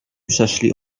przeszli